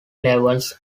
levels